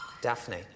Daphne